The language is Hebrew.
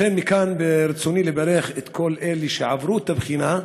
לכן, מכאן ברצוני לברך את כל אלה שעברו את הבחינה,